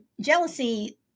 jealousy